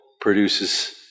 produces